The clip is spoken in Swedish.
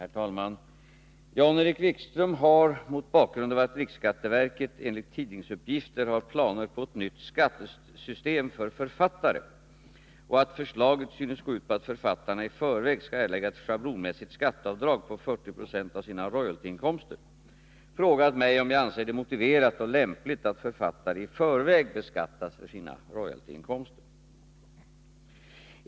Herr talman! Jan-Erik Wikström har, mot bakgrund av att riksskatteverket enligt tidningsuppgifter har planer på ett nytt skattesystem för författare och att förslaget synes gå ut på att författarna i förväg skall erlägga ett schablonmässigt skatteavdrag på 40 96 av sina royaltyinkomster, frågat mig om jag anser det motiverat och lämpligt att författare i förväg beskattas för sina royaltyinkomster.